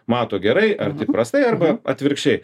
mato gerai arti prastai arba atvirkščiai